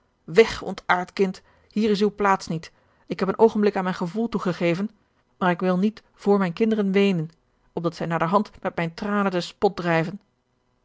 weg ontaard kind hier is uwe plaats niet ik heb een oogenblik aan mijn gevoel toegegeven maar ik wil niet voor mijne kinderen weenen opdat zij naderhand met mijne tranen den spot drijven